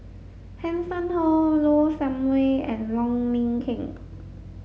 Hanson Ho Low Sanmay and Wong Lin Ken